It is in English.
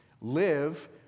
live